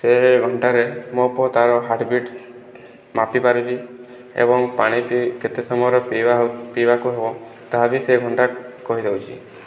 ସେ ଏ ଘଣ୍ଟାରେ ମୋ ପୁଅ ତାର ହାର୍ଟବିଟ୍ ମାପିପାରୁଛି ଏବଂ ପାଣି ପିଇ କେତେ ସମୟର ପିଇବା ପିଇବାକୁ ହେବ ତା ବି ସେ ଘଣ୍ଟା କହିଦେଉଛି